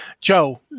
Joe